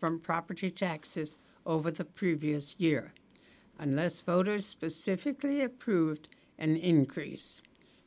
from property taxes over the previous year unless voters specifically approved an increase